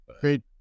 Great